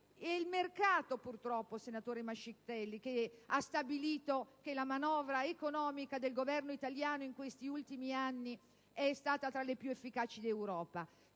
È il mercato purtroppo, senatore Mascitelli, che ha stabilito che la manovra economica del Governo italiano in questi ultimi anni è stata tra le più efficaci d'Europa,